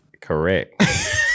Correct